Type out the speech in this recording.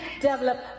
develop